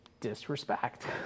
disrespect